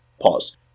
Pause